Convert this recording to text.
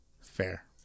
Fair